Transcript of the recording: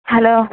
hello